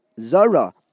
Zara